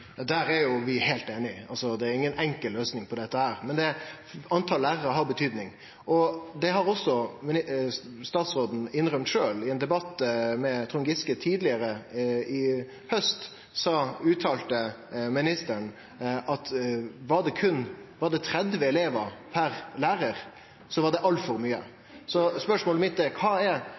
Der er vi jo heilt einige. Det er inga enkel løysing på dette. Men talet på lærarar har mykje å seie. Det har også statsråden innrømt sjølv. I ein debatt med Trond Giske tidlegare i haust uttalte ministeren at 30 elevar per lærar var altfor mykje. Så spørsmålet mitt er: Kva er da den optimale mengda elevar, sidan 30 er for mykje? Er det 29, er det 28, er det 27? Kva er